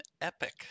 epic